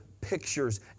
pictures